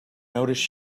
noticed